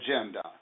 agenda